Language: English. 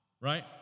right